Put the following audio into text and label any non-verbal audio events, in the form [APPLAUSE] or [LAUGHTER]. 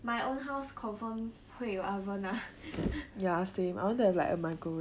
my own house confirm 会有 oven lah [LAUGHS]